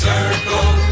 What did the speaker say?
Circle